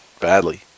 badly